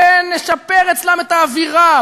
ונשפר אצלם את האווירה,